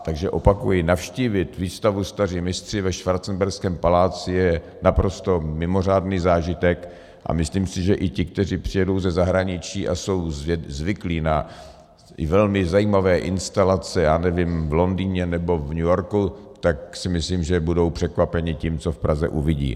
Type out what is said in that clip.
Takže opakuji, navštívit výstavu Staří mistři ve Schwarzenberském paláci, je naprosto mimořádný zážitek, a myslím si, že i ti, kteří přijedou ze zahraničí a jsou zvyklí na velmi zajímavé instalace, já nevím, v Londýně nebo v New Yorku, tak si myslím, že budou překvapeni tím, co v Praze uvidí.